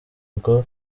bwo